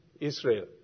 Israel